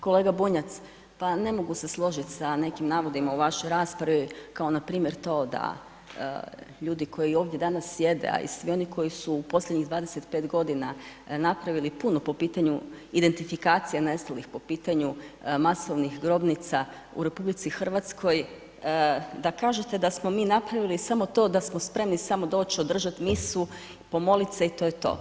Kolega Bunjac, pa ne mogu se složit sa nekim navodima u vašoj raspravi kao npr. to da ljudi koji ovdje danas sjede, a i svi oni koji su u posljednjih 25.g. napravili puno po pitanju identifikacija nestalih, po pitanju masovnih grobnica u RH, da kažete da smo mi napravili samo to da smo spremni samo doć, održat misu i pomolit se i to je to.